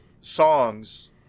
songs